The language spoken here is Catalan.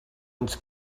uns